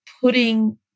putting